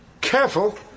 Careful